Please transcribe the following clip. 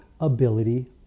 ability